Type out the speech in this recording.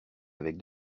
avec